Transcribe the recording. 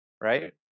right